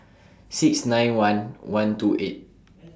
six nine one one two eight